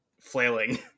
flailing